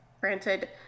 granted